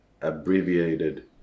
abbreviated